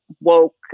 woke